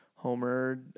Homer